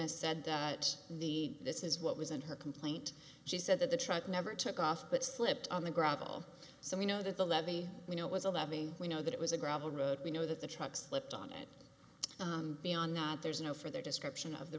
witness said that the this is what was in her complaint she said that the truck never took off but slipped on the gravel so we know that the levee you know was a levee we know that it was a gravel road we know that the truck slipped on it beyond that there's no for their description of the